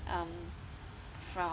um from